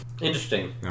Interesting